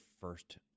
first